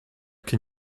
can